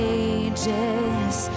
ages